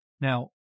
Now